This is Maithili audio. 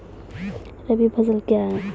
रबी फसल क्या हैं?